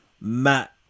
Matt